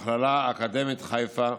והמכללה האקדמית חיפה.